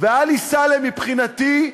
ועלי סלאם, מבחינתי,